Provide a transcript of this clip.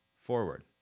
forward